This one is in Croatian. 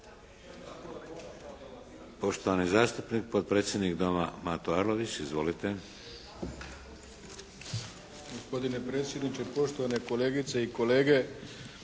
Poštovani zastupnik potpredsjednik Doma Mato Arlović. Izvolite. **Arlović, Mato (SDP)** Gospodine predsjedniče, poštovane kolegice i kolege,